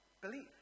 Believe